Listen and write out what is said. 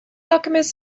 alchemist